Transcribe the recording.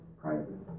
prizes